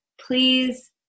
Please